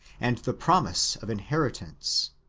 and the promise of inheritance.